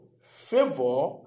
favor